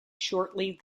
shortly